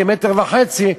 כמטר וחצי,